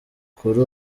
kuri